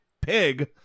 pig